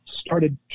started